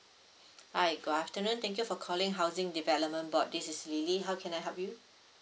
hi good afternoon thank you for calling housing development board this is L I L Y how can I help you